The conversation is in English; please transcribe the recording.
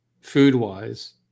food-wise